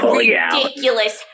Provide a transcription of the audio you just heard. ridiculous